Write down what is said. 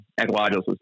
ecological